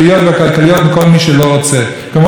כמו שלא עושים סנקציות על מי שלא רוצה להיות רופא.